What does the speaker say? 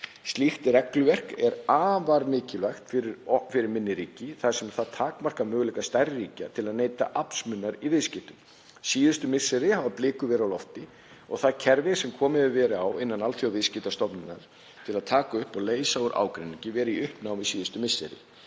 Slíkt regluverk er afar mikilvægt fyrir minni ríki þar sem það takmarkar möguleika stærri ríkja til að neyta aflsmunar í viðskiptum. Síðustu misseri hafa blikur verið á lofti og það kerfi sem komið hefur verið á innan Alþjóðaviðskiptastofnunarinnar, til að taka upp og leysa úr ágreiningi, verið í uppnámi. Ísland er